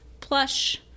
plush